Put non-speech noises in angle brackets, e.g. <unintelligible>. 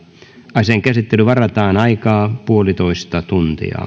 asian käsittelyyn varataan aikaa yksi pilkku viisi tuntia <unintelligible>